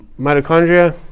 mitochondria